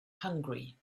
hungry